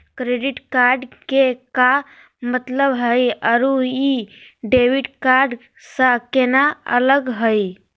Credit card के का मतलब हई अरू ई डेबिट कार्ड स केना अलग हई?